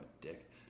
dick